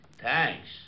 Thanks